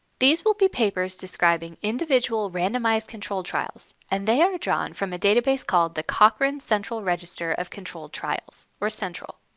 these will be papers describing individual randomized control trials, and they are drawn from a database called cochrane central register of controlled trials, or central.